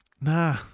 nah